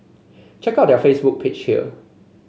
check out their Facebook page here